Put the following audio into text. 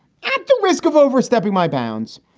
at the risk of overstepping my bounds,